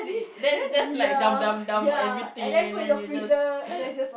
that's just like dump dump dump everything and then you just